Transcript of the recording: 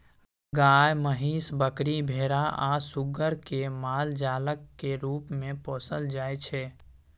गाय, महीस, बकरी, भेरा आ सुग्गर केँ मालजालक रुप मे पोसल जाइ छै